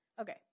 Okay